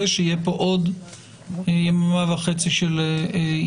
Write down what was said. אין דבר כזה.